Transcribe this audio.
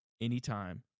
anytime